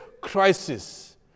crisis